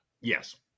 Yes